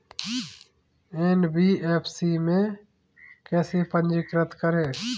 NBFC में कैसे पंजीकृत करें?